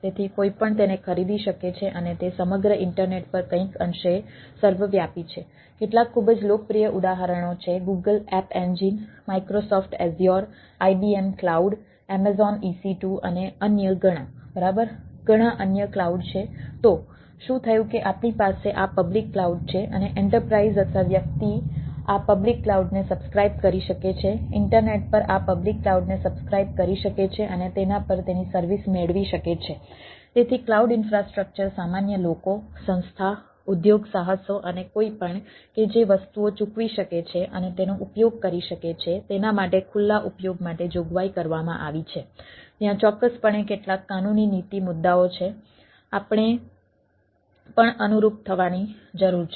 તેથી કોઈપણ તેને ખરીદી શકે છે અને તે સમગ્ર ઇન્ટરનેટ સામાન્ય લોકો સંસ્થા ઉદ્યોગ સાહસો અને કોઈપણ કે જે વસ્તુઓ ચૂકવી શકે છે અને તેનો ઉપયોગ કરી શકે છે તેના માટે ખુલ્લા ઉપયોગ માટે જોગવાઈ કરવામાં આવી છે ત્યાં ચોક્કસપણે કેટલાક કાનૂની નીતિ મુદ્દાઓ છે આપણે પણ અનુરૂપ થવાની જરૂર છે